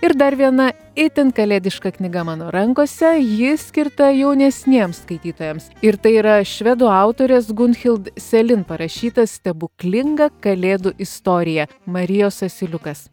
ir dar viena itin kalėdiška knyga mano rankose ji skirta jaunesniems skaitytojams ir tai yra švedų autorės gunhild selin parašyta stebuklinga kalėdų istorija marijos asiliukas